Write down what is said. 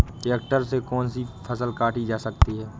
Tractor से कौन सी फसल काटी जा सकती हैं?